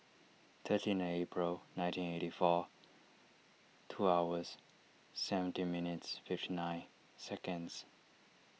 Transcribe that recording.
thirteen April nineteen eighty four two hours seventeen minutes fifty nine seconds